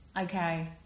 Okay